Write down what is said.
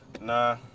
Nah